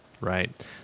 right